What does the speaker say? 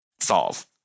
solve